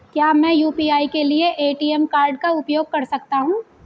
क्या मैं यू.पी.आई के लिए ए.टी.एम कार्ड का उपयोग कर सकता हूँ?